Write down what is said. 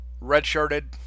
Redshirted